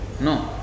No